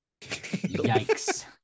Yikes